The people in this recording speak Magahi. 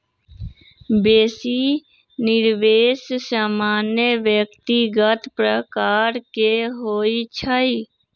बेशी निवेश सामान्य व्यक्तिगत प्रकार के होइ छइ